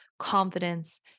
Confidence